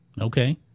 Okay